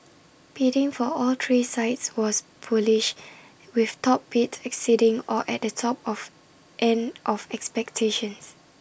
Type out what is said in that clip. bidding for all three sites was bullish with top bids exceeding or at the top of end of expectations